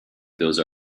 those